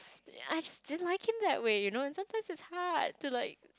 I just didn't like him that way you know and sometimes it's hard to like